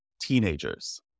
teenagers